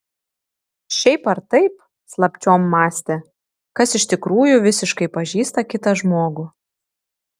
šiaip ar taip slapčiom mąstė kas iš tikrųjų visiškai pažįsta kitą žmogų